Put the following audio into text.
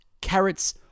carrots